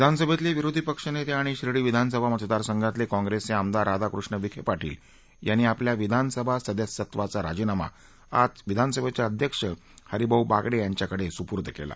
विधानसभेतले विरोधी पक्षनेते आणि शिर्डी विधानसभा मतदारसंघातले काँग्रेसचे आमदार राधाकृष्ण विखे पार्शेल यांनी आपल्या विधानसभा सदस्यत्वाचा राजीनामा आज विधानसभेचे अध्यक्ष हरिभाऊ बागडे यांच्याकडे सुपूर्द केला